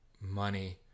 money